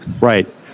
Right